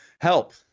Help